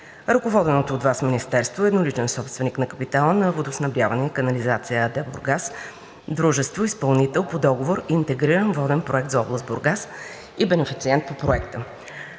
Ръководеното от Вас Министерство е едноличен собственик на капитала на „Водоснабдяване и канализация“ ЕАД – Бургас, дружество – изпълнител по договор „Интегриран воден проект за област Бургас“, и бенефициент по Проекта.